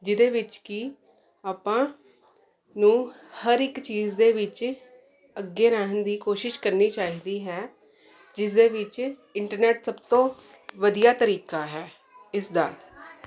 ਜਿਹਦੇ ਵਿੱਚ ਕਿ ਆਪਾਂ ਨੂੰ ਹਰ ਇੱਕ ਚੀਜ਼ ਦੇ ਵਿੱਚ ਅੱਗੇ ਰਹਿਣ ਦੀ ਕੋਸ਼ਿਸ਼ ਕਰਨੀ ਚਾਹੀਦੀ ਹੈ ਜਿਸਦੇ ਵਿੱਚ ਇੰਟਰਨੈਟ ਸਭ ਤੋਂ ਵਧੀਆ ਤਰੀਕਾ ਹੈ ਇਸਦਾ